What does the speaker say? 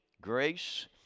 grace